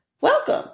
welcome